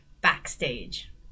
backstage